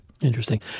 Interesting